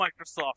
Microsoft